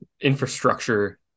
infrastructure